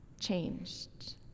changed